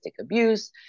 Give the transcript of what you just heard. abuse